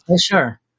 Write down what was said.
sure